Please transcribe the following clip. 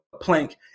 plank